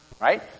Right